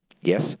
Yes